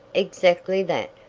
exactly that,